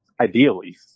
ideally